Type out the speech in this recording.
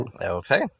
Okay